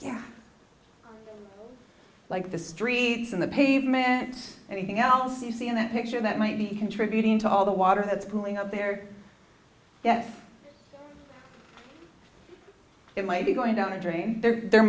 like the streets on the pavement anything else you see in that picture that might be contributing to all the water that's brewing up there yes it might be going down the drain there there